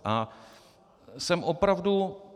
A jsem opravdu...